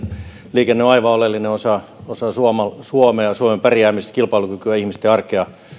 liikenne on aivan oleellinen osa osa suomea suomea suomen pärjäämistä kilpailukykyä ihmisten arkea meillä